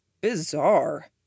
Bizarre